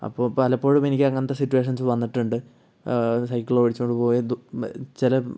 അപ്പോൾ പലപ്പോഴും എനിക്ക് അങ്ങനത്തെ സിറ്റുവേഷൻസ് വന്നിട്ടുണ്ട് സൈക്കിൾ ഓടിച്ചോണ്ട് പോയാൽ ചില